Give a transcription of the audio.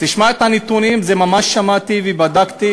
תשמע את הנתונים, זה ממה ששמעתי ובדקתי.